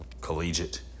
collegiate